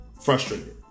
Frustrated